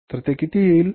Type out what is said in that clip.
तर ते किती येईल